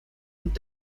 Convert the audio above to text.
und